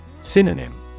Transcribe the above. Synonym